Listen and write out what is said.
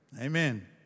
Amen